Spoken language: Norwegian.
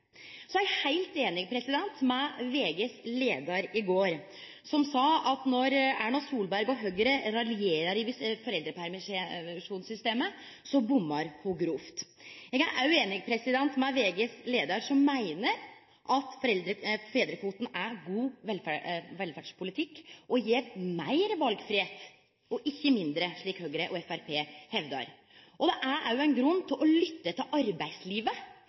er heilt einig i VGs leiar i går, der ein sa at når Erna Solberg frå Høgre raljerer over foreldrepermisjonssystemet, «bommer hun grovt». Eg er òg einig i VGs leiar der ein meiner at fedrekvotar er god velferdspolitikk og gjev meir valfridom og ikkje mindre, slik Høgre og Framstegspartiet hevdar. Det er òg ein grunn til å lytte til arbeidslivet,